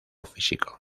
físico